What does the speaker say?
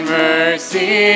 mercy